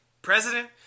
President